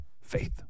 Faith